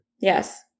Yes